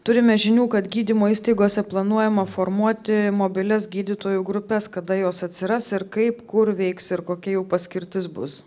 turime žinių kad gydymo įstaigose planuojama formuoti mobilias gydytojų grupes kada jos atsiras ir kaip kur veiks ir kokia jų paskirtis bus